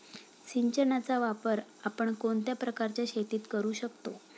सिंचनाचा वापर आपण कोणत्या प्रकारच्या शेतीत करू शकतो?